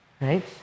right